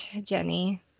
jenny